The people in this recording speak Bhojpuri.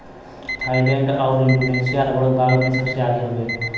थाईलैंड आउर इंडोनेशिया रबर उगावे में सबसे आगे हउवे